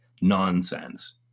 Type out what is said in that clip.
Nonsense